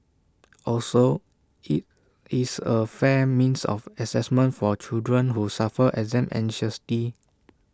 also IT is A fair means of Assessment for children who suffer exam anxiety